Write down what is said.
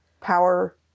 power